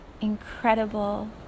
incredible